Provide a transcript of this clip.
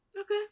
Okay